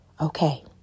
Okay